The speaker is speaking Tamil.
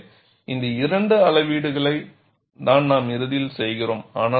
எனவே இந்த இரண்டு அளவீடுகள் தான் நாம் இறுதியில் செய்கிறோம்